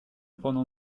pendant